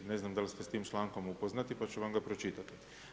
Ne znam da li ste s tim člankom upoznati pa ću vam ga pročitati.